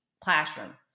classroom